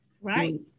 Right